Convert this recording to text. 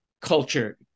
culture